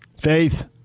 Faith